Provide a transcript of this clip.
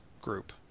group